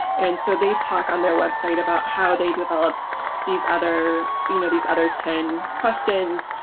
and so they talk on their website about how they developed these other you know these other ten questions